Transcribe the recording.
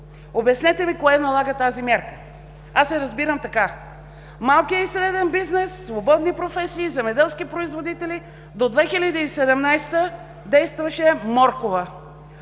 Обяснете ми кое налага тази мярка? Аз я разбирам така: малкият и среден бизнес, свободни професии, земеделски производители до 2017 г. действаше „морковът“,